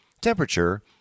temperature